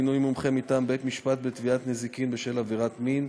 מינוי מומחה מטעם בית-המשפט בתביעת נזיקין בשל עבירת מין),